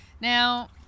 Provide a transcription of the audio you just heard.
Now